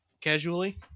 casually